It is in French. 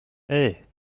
hey